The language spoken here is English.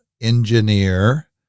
engineer